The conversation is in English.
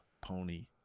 pony